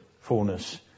fullness